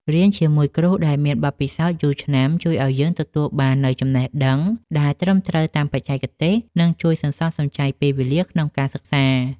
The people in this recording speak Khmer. រៀនជាមួយគ្រូដែលមានបទពិសោធន៍យូរឆ្នាំជួយឱ្យយើងទទួលបាននូវចំណេះដឹងដែលត្រឹមត្រូវតាមបច្ចេកទេស និងជួយសន្សំសំចៃពេលវេលាក្នុងការសិក្សា។